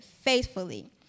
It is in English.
faithfully